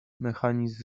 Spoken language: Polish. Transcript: mechanizm